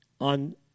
on